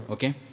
okay